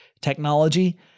technology